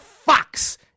Fox